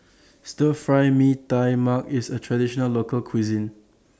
Stir Fry Mee Tai Mak IS A Traditional Local Cuisine